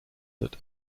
that